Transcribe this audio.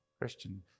Christian